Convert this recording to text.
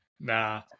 Nah